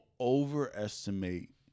overestimate